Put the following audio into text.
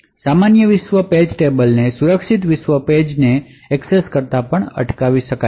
સામાન્ય વિશ્વ પેજ ટેબલને સુરક્ષિત વિશ્વ પેજ ને એક્સેસ કરતાં પણ અટકાવી શકે છે